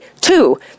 Two